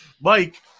Mike